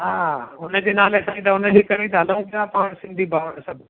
हा उनजे नाले सां ई त उनजे करे ई त हलऊं पिया पाण सिंधी भाउर सभु